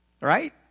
Right